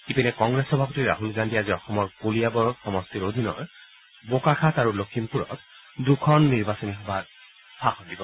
ইপিনে কংগ্ৰেছ সভাপতি ৰাহুল গান্ধীয়ে আজি অসমৰ কলিয়াবৰ সমষ্টিৰ অধীনৰ বোকাখাত আৰু লখিমপুৰত দুখন নিৰ্বাচনী সভাত ভাষণ দিব